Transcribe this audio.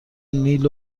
نیل